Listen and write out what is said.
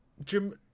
Jim